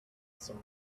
some